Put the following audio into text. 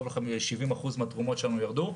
קרוב ל-70% מהתרומות שלנו ירדו.